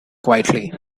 quietly